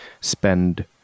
spend